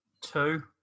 two